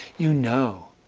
you know.